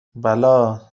بلا